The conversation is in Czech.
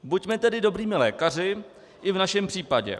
Buďme tedy dobrými lékaři i v našem případě.